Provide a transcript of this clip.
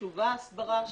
חשובה ההסברה.